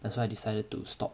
that's why I decided to stop